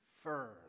firm